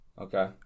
Okay